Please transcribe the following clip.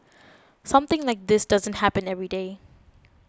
something like this doesn't happen every day